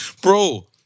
bro